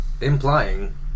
implying